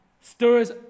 stirs